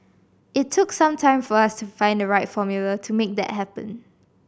it took some time for us to find the right formula to make that happen